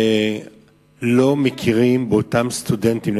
ולא מכירים באותם סטודנטים.